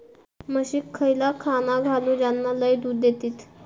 म्हशीक खयला खाणा घालू ज्याना लय दूध देतीत?